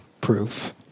proof